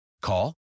Call